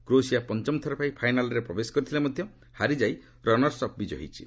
Croatia ପଞ୍ଚମଥର ପାଇଁ ଫାଇନାଲ୍ରେ ପ୍ରବେଶ କରିଥିଲେ ମଧ୍ୟ ହାରିଯାଇ ରନର୍ସ ଅପ୍ ବିଜୟୀ ହୋଇଛି